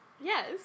Yes